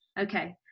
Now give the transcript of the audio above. Okay